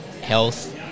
health